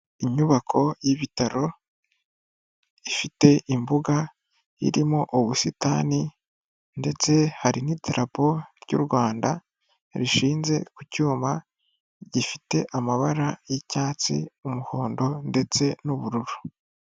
Inyubako y'ibitaro, ifite imbuga irimo ubusitani, ndetse hari n'idarapo ry'u Rwanda, rishinze ku cyuma gifite amabara y'icyatsi, umuhondo, ndetse n'ubururu.